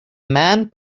man